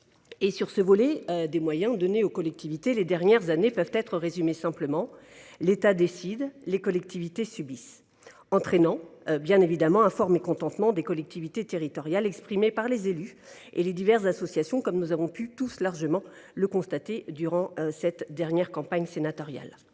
sur ce volet des moyens donnés aux collectivités, les dernières années peuvent être résumées simplement : l’État décide, les collectivités subissent. Cette situation entraîne bien évidemment un fort mécontentement des collectivités territoriales, exprimé par les élus et les diverses associations, comme nous avons tous pu largement le constater durant la dernière campagne sénatoriale.